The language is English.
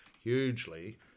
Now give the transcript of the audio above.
hugely